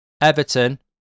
Everton